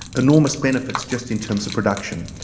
enormous benefits just in terms of production.